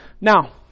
Now